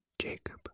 Jacob